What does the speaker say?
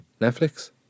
Netflix